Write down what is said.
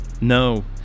No